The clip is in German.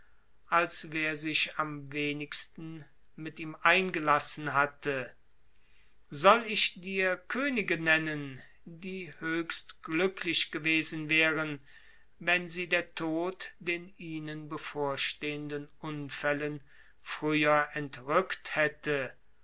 als wer sich am wenigsten mit ihm eingelassen hatte soll ich dir könige nennen die höchst glücklich gewesen wären wenn sie der tod den ihnen bevorstehenden unfällen früher entrückt hätte